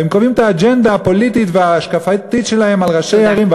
והם קובעים את האג'נדה הפוליטית וההשקפתית שלהם על ראשי ערים,